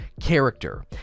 character